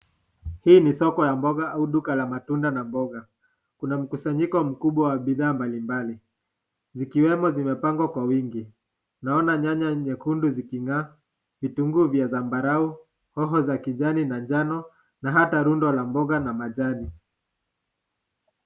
Hii ni soko ya mboga au duka la matunda na mboga, kuna mkusanyiko mkubwa wa bidhaa mbalimbali zikiwemo zimepangwa kwa wingi. Naona nyanya nyekundu zikingaa, vitunguu vya zambarao, hoho za kijani na njano na hata rundo la mboga na majani .